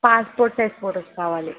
passport size photos కావాలి